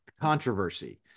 controversy